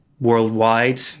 worldwide